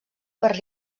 per